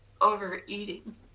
overeating